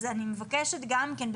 אז אני מבקשת גם כן,